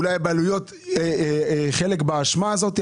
אולי לבעלויות יש חלק באשמה הזאת,